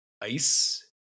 ice